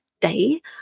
day